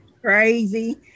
crazy